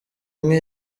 umwe